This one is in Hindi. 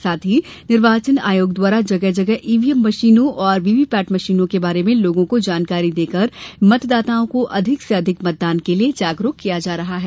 साथ ही निर्वाचन आयोग द्वारा जगह जगह ईवीएम मशीनों और वीवीपेट मशीनों के बारे में लोगों को जानकारी देकर मतदाताओं को अधिक से अधिक मतदान के लिये जागरूक किया जा रहा है